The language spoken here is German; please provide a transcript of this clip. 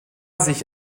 sich